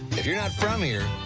if you're not from here,